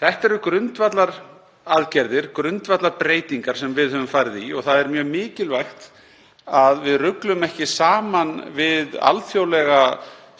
Þetta eru grundvallaraðgerðir, grundvallarbreytingar sem við höfum farið í og það er mjög mikilvægt að við ruglum ekki saman við alþjóðlega